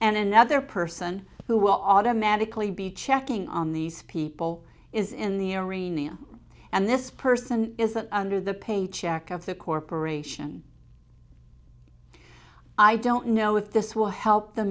and another person who will automatically be checking on these people is in the arena and this person is that under the paycheck of the corporation i don't know if this will help the